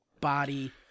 body